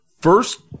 First